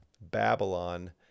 Babylon